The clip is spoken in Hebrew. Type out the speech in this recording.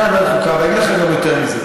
התפרצתי, אולי אתה רוצה עוד דקה.